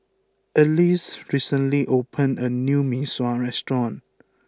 Alease recently opened a new Mee Sua restaurant